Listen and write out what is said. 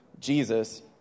Jesus